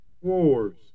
wars